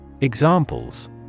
Examples